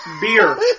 beer